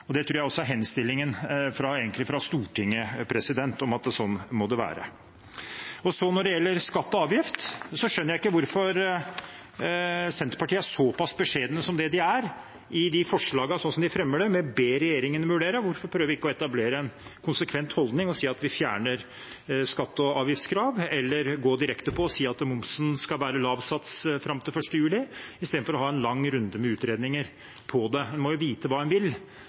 Det tror jeg også er henstillingen fra Stortinget, at sånn må det være. Når det gjelder skatt og avgift, skjønner jeg ikke hvorfor Senterpartiet er såpass beskjedne som de er i forslagene, slik de fremmer dem, med «ber regjeringen vurdere». Hvorfor ikke prøve å etablere en konsekvent holdning ved å si at en fjerner skatte- og avgiftskrav, eller gå direkte på og si at momsen skal ha lav sats fram til 1. juli, i stedet for å ha en lang runde med utredninger om det. En må jo vite hva en vil,